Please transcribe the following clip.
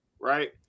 right